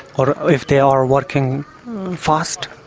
or if they are working fast,